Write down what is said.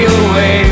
away